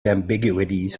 ambiguities